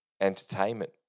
entertainment